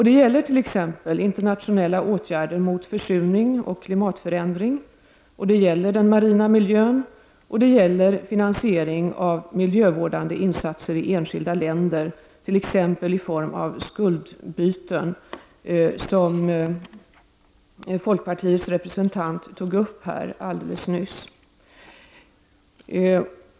Det gäller t.ex. internationella åtgärder mot försurning och klimatförändring, det gäller den marina miljön och det gäller finansiering av miljövårdande insatser i enskilda länder, t.ex. i form av skuldbyten, som folkpartiets representant alldeles nyss tog upp.